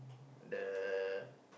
the